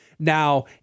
Now